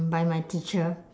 by my teacher